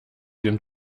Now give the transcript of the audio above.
den